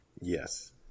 yes